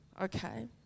okay